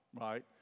right